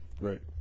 right